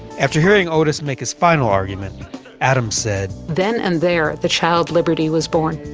after hearing otis make his final argument adams said. then and there the child liberty was born.